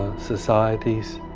societies,